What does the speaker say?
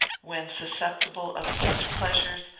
when susceptible of such pleasures,